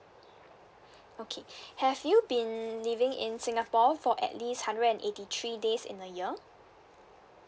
okay have you been living in singapore for at least hundred and eighty three days in a year